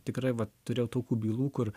tikrai vat turėjau tokių bylų kur